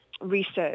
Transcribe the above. research